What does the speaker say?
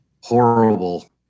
horrible